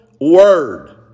word